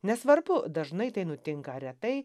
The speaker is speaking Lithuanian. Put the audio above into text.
nesvarbu dažnai tai nutinka retai